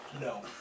No